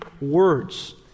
words